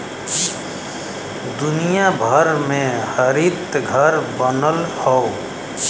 दुनिया भर में हरितघर बनल हौ